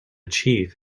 chief